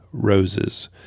Roses